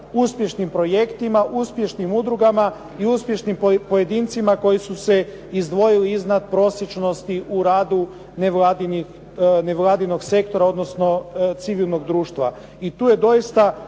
uspješnim projektima, uspješnim udrugama i uspješnim pojedincima koji su se izdvojili iznad prosječnosti u radu nevladinog sektora odnosno civilnog društva.